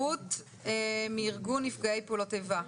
רות מארגון נפגעי פעולות איבה,